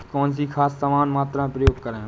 कौन सी खाद समान मात्रा में प्रयोग करें?